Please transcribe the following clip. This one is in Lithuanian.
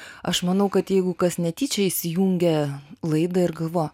aš manau kad jeigu kas netyčia įsijungė laidą ir galvoja